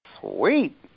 Sweet